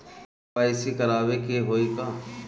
KYC करावे के होई का?